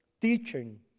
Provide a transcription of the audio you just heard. teaching